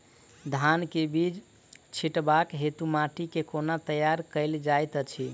धान केँ बीज छिटबाक हेतु माटि केँ कोना तैयार कएल जाइत अछि?